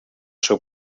seu